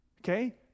Okay